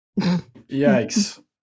Yikes